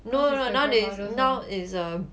no no now now is a